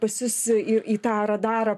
pas jus į į į tą radarą